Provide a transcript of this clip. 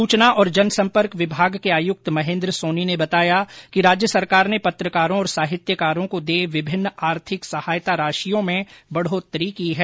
सूचना और जनसम्पर्क विभाग के आयुक्त महेन्द्र सोनी ने बताया कि राज्य सरकार ने पत्रकारों और साहित्यकारों को देय विभिन्न आर्थिक सहायता राशियों में बढ़ोत्तरी की है